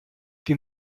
die